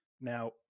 Now